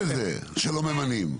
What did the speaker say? מי אשם בזה שלא ממנים?